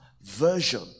version